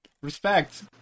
Respect